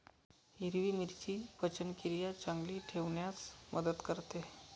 हिरवी मिरची पचनक्रिया चांगली ठेवण्यास मदत करते